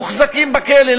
מוחזקים בכלא.